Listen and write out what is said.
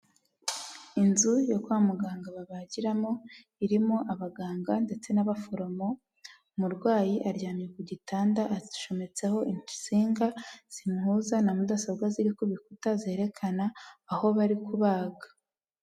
Inzu yo kwa muganga babagiramo, irimo abaganga ndetse n'abaforomo, umurwayi aryamye ku gitanda acometseho insinga zimuhuza na mudasobwa ziri kubikuta zerekana aho bari kubaga.